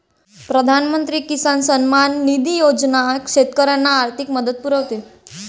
प्रधानमंत्री किसान सन्मान निधी योजना शेतकऱ्यांना आर्थिक मदत पुरवते